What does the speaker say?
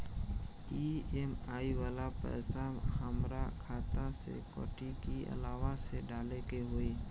EMI वाला पैसा हाम्रा खाता से कटी की अलावा से डाले के होई?